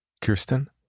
Kirsten